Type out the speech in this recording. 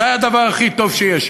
זה היה הדבר הכי טוב שיש,